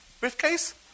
briefcase